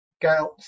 Gout